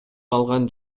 алган